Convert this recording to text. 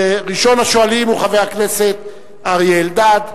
וראשון השואלים הוא חבר הכנסת אריה אלדד,